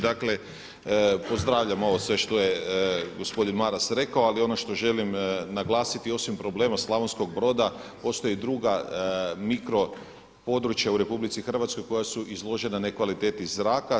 Dakle, pozdravljam ovo sve što je gospodin Maras rekao, ali ono što želim naglasiti osim problema Slavonskog Broda, postoje i druga mikro područja u RH koja su izložena nekvaliteti zraka.